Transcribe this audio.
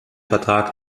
vertrag